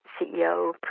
CEO